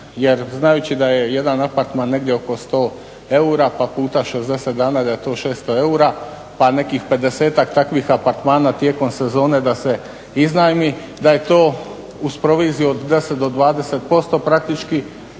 Jer znajući da je jedan apartman negdje oko 100 eura pa puta 60 dana da je to 600 eura, pa nekih 50-ak takvih apartmana tijekom sezone da se iznajmi da je to uz proviziju od 10 do 20% praktički